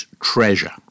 Treasure